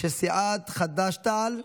של סיעת חד"ש-תע"ל,